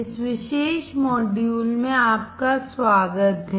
इस विशेष मॉड्यूल में आपका स्वागत है